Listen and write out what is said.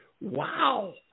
wow